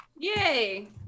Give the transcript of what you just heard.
Yay